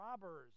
robbers